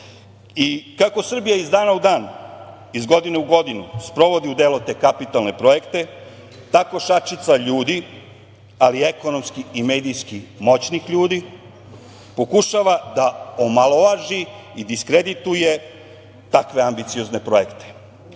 Kako Srbija iz dana u dan, iz godine u godinu sprovodi u delo te kapitalne projekte, tako šačica ljudi, ali ekonomski i medijski moćnih ljudi, pokušava da omalovaži i diskredituje takve ambiciozne projekte. Mark